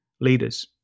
leaders